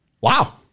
Wow